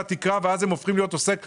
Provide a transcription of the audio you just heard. ואז הם הופכים להיות עוסק מורשה.